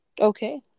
Okay